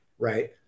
right